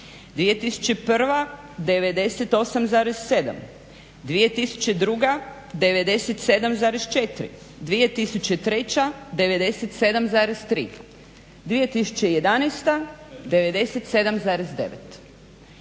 2001. 98,7%, 2002. 97,4%, 2003. 97,3%, 2011. 97,9%